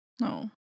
No